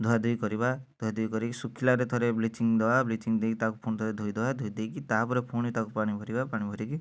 ଧୁଆଧୁଇ କରିବା ଧୁଆଧୁଇ କରି ଶୁଖିଲାରେ ଥରେ ବ୍ଲିଚିଂ ଦେବା ବ୍ଲିଚିଂ ଦେଇକି ତାକୁ ଫୁଣି ଥରେ ଧୋଇଦେବା ଧୋଇ ଦେଇକି ତାପରେ ଫୁଣି ତାକୁ ପାଣି ଭରିବା ପାଣି ଭରିକି